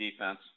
defense